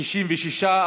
66,